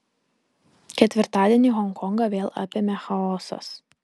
ketvirtadienį honkongą vėl apėmė chaosas